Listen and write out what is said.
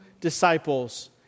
disciples